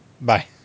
Bye